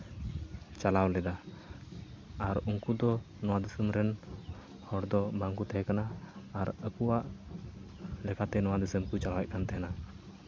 ᱪᱟᱞᱟᱣ ᱞᱮᱫᱟ ᱟᱨ ᱩᱱᱠᱩ ᱫᱚ ᱱᱚᱣᱟ ᱫᱤᱥᱚᱢ ᱨᱮᱱ ᱦᱚᱲ ᱫᱚ ᱵᱟᱝᱠᱚ ᱛᱟᱦᱮᱠᱟᱱᱟ ᱟᱨ ᱟᱠᱩᱣᱟᱜ ᱞᱮᱠᱟᱛᱮ ᱱᱚᱣᱟ ᱫᱤᱥᱚᱢ ᱠᱚ ᱪᱟᱞᱟᱣᱮᱫ ᱛᱟᱦᱮᱱᱟ